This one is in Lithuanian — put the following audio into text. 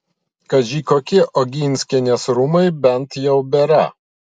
kaži kokie oginskienės rūmai bent jau bėra